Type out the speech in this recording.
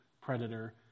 predator